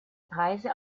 preise